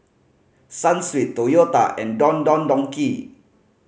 Sunsweet Toyota and Don Don Donki